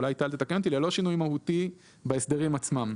אולי טל תתקן אותי - בהסדרים עצמם.